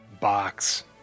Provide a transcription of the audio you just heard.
box